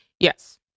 Yes